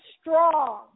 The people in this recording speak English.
strong